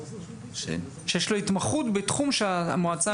שיש לו התמחות בתחום שהמועצה --- תפקיד